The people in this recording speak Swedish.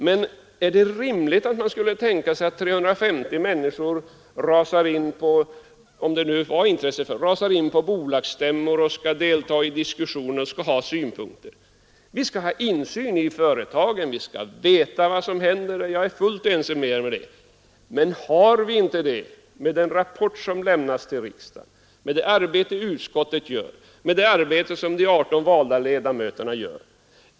Men är det rimligt att man skulle tänka sig — om det nu fanns ett intresse — att 350 personer rasar in på bolagsstämmor och skall framföra synpunkter i diskussionen? Vi skall ha insyn i företagen, vi skall veta vad som händer — det är jag fullt ense med er om. Men har vi inte det med den rapport som lämnas till riksdagen, med det arbete som utskottet gör och med det arbete som de 18 valda ledamöterna utför?